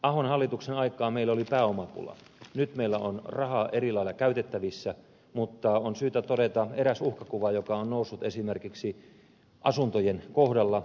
ahon hallituksen aikaan meillä oli pääomapula nyt meillä on rahaa eri lailla käytettävissä mutta on syytä todeta eräs uhkakuva joka on noussut esimerkiksi asuntojen kohdalla